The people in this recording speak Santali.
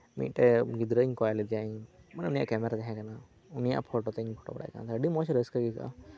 ᱢᱤᱫᱴᱮᱱ ᱜᱤᱫᱽᱨᱟᱹᱧ ᱠᱚᱭᱞᱮᱫᱮᱭᱟ ᱢᱟᱱᱮ ᱩᱱᱤᱭᱟᱜ ᱠᱮᱢᱮᱨᱟ ᱛᱟᱦᱮᱸ ᱠᱟᱱᱟ ᱩᱱᱤᱭᱟᱜ ᱯᱷᱳᱴᱳᱛᱮᱧ ᱯᱷᱳᱴᱳᱵᱟᱲᱟᱭ ᱠᱟᱱ ᱛᱟᱦᱮᱸᱫᱼᱟ ᱟᱹᱰᱤ ᱢᱚᱸᱡᱽ ᱨᱟᱹᱥᱠᱟᱹᱜᱮ ᱟᱹᱭᱠᱟᱹᱜᱼᱟ